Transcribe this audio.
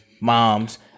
moms